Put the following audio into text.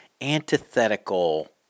antithetical